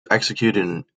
executed